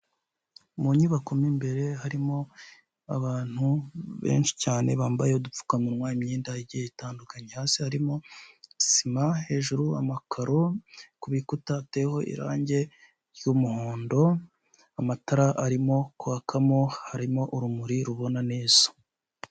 Mu nyubako mo imbere harimo abantu benshi cyane bambaye udupfukamunwa imyenda igihe itandukanye hasi harimo sima hejuru, amakaro kurukuta hateyeho irangi ry'umuhondo amatara arimo kwakamo harimo urumuri rubona neza.